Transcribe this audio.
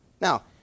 Now